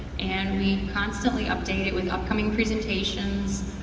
and we constantly update it with upcoming presentations,